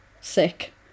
sick